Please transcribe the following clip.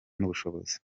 n’ubushobozi